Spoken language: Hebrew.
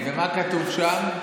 ומה כתוב שם?